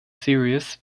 series